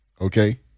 Okay